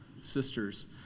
Sisters